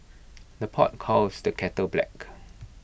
the pot calls the kettle black